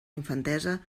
infantesa